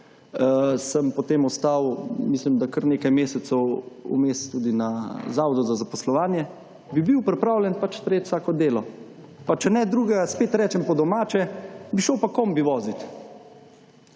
sem potem ostal mislim, da kar nekaj mesecev vmes tudi na zavodu za zaposlovanje, bi bil pripravljen sprejeti vsako delo, pa če ne drugega, spet rečem po domače, bi šel pa kombi vozit.